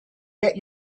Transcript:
get